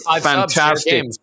fantastic